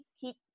keep